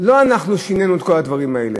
לא אנחנו שינינו את כל הדברים האלה,